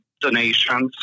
donations